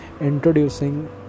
introducing